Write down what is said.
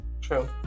true